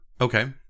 Okay